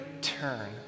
turn